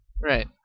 Right